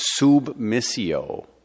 Submissio